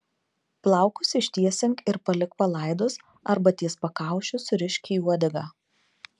plaukus ištiesink ir palik palaidus arba ties pakaušiu surišk į uodegą